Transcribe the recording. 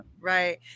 Right